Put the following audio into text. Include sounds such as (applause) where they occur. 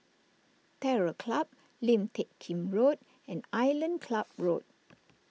Terror Club Lim Teck Kim Road and Island Club (noise) Road